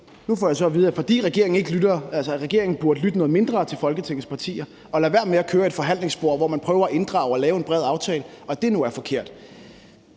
Nu får jeg så at vide, at regeringen burde lytte noget mindre til Folketingets partier og lade være med at køre i et forhandlingsspor, hvor man prøver at inddrage og lave en bred aftale, altså at det nu er forkert.